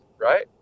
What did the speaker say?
right